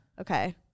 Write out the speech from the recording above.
Okay